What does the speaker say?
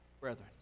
brethren